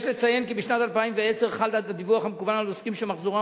יש לציין כי בשנת 2010 חל הדיווח המקוון על עוסקים שמחזורם